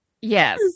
Yes